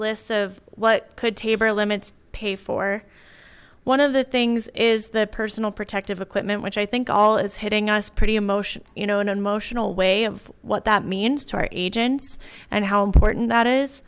list of what could taper limits pay for one of the things is the personal protective equipment which i think all is hitting us pretty emotional you know in an emotional way of what that means to our agents and how important that is